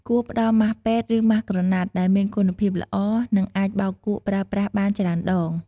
គួរផ្តល់ម៉ាស់ពេទ្យ ឬម៉ាស់ក្រណាត់ដែលមានគុណភាពល្អ និងអាចបោកគក់ប្រើប្រាស់បានច្រើនដង។